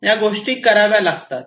या गोष्टी कराव्या लागतात